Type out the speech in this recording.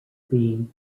being